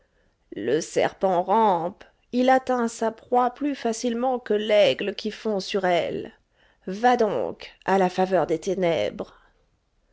le serpent rampe il atteint sa proie plus facilement que l'aigle qui fond sur elle va donc à la faveur des ténèbres